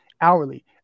hourly